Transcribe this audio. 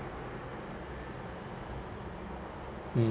mm